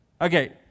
Okay